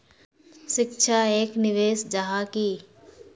शिक्षा एक निवेश जाहा की?